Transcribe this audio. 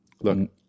look